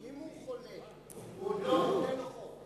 אם הוא חולה, עוד אין לו חום,